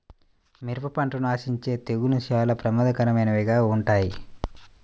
మిరప పంటను ఆశించే తెగుళ్ళు చాలా ప్రమాదకరమైనవిగా ఉంటాయి